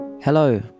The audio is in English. Hello